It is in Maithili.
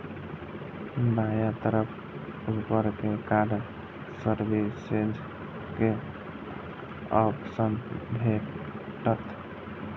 बायां तरफ ऊपर मे कार्ड सर्विसेज के ऑप्शन भेटत